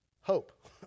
Hope